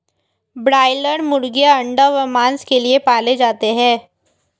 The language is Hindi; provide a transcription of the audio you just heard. ब्रायलर मुर्गीयां अंडा व मांस के लिए पाले जाते हैं